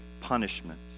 punishment